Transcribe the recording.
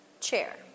Chair